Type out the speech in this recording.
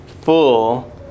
full